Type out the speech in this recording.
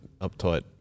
uptight